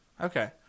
Okay